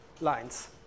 lines